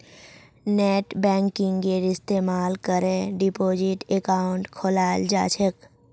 नेटबैंकिंगेर इस्तमाल करे डिपाजिट अकाउंट खोलाल जा छेक